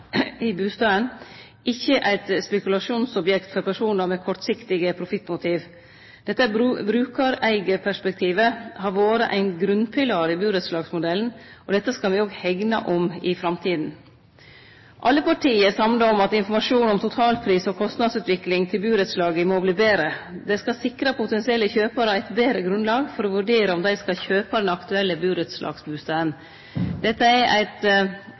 i bustaden, ikkje eit spekulasjonsobjekt for personar med kortsiktige profittmotiv. Dette brukareigeperspektivet har vore ein grunnpilar i burettslagsmodellen, og dette skal vi òg hegne om i framtida. Alle partia er samde om at informasjon om totalpris og kostnadsutvikling til burettslaga må verte betre. Det skal sikre potensielle kjøparar eit betre grunnlag for å vurdere om dei skal kjøpe den aktuelle burettslagsbustaden. Dette er eit